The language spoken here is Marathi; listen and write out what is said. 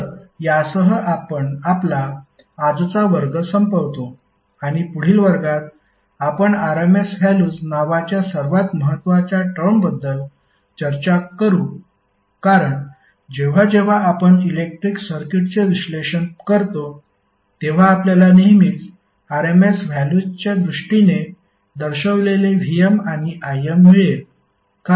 तर यासह आपण आपला आजचा वर्ग संपवतो आणि पुढील वर्गात आपण RMS व्हॅल्यूज नावाच्या सर्वात महत्वाच्या टर्मबद्दल चर्चा करू कारण जेव्हा जेव्हा आपण इलेक्ट्रिक सर्किटचे विश्लेषण करतो तेव्हा आपल्याला नेहमीच RMS व्हॅल्युजच्या दृष्टीने दर्शवलेले Vm आणि Im मिळेल